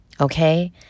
okay